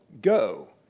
Go